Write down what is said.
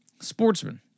Sportsman